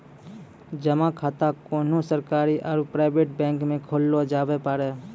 जमा खाता कोन्हो सरकारी आरू प्राइवेट बैंक मे खोल्लो जावै पारै